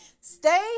stay